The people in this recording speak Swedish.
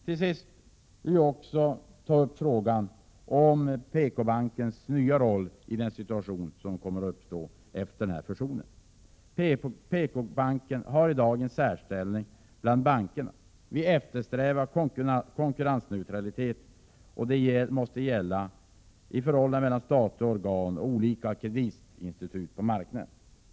Till sist vill jag ta upp frågan om PKbankens nya roll i den situation som kommer att uppstå efter den här fusionen. PKbanken har i dag en särställning bland bankerna. Vi eftersträvar konkurrensneutralitet i förhållandet mellan statliga organ och olika kreditinstitut på marknaden.